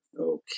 okay